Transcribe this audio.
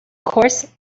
course